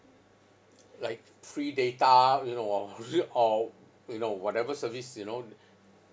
like free data you know or re~ or you know whatever service you know